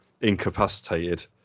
incapacitated